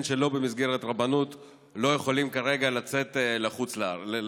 שלא במסגרת הרבנות לא יכולים כרגע לצאת לחוץ-לארץ.